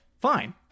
fine